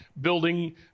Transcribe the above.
building